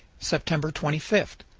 september twenty five.